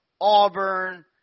Auburn